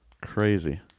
Crazy